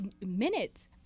minutes